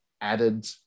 added